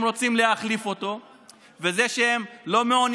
זה העביר